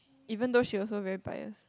even though she also very biased